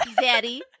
Daddy